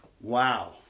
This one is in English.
Wow